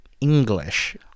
English